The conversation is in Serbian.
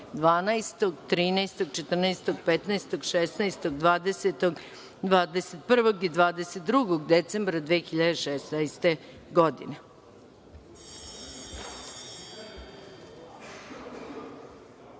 12, 13, 14, 15, 16, 20, 21. i 22. decembra 2016. godine. Molim